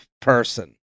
person